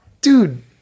dude